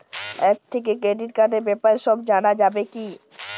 App থেকে credit কার্ডর ব্যাপারে সব জানা যাবে কি?